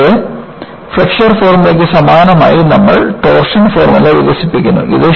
കൂടാതെ ഫ്ലെക്സർ ഫോർമുലയ്ക്ക് സമാനമായി നമ്മൾ ടോർഷൻ ഫോർമുല വികസിപ്പിക്കുന്നു